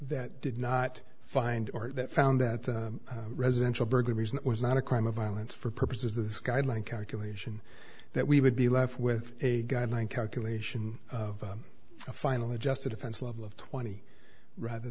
that did not find or that found that residential burglaries and it was not a crime of violence for purposes of this guideline calculation that we would be left with a guideline calculation of a final adjusted offense level of twenty rather